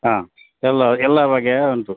ಹಾಂ ಎಲ್ಲ ಎಲ್ಲ ಬಗೆಯ ಉಂಟು